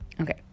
Okay